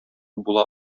була